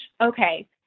okay